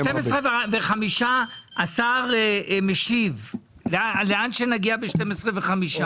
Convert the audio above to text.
80% - מ-500 מיליון שקל בשנה ל-100 מיליון שקל בשנה.